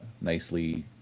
nicely